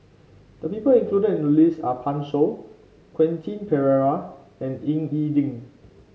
the people included in the list are Pan Shou Quentin Pereira and Ying E Ding